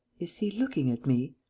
is he looking at me?